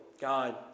God